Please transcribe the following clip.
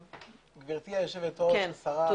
גברתי היושבת ראש, השרה, תודה לך.